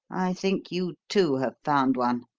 think you, too, have found one.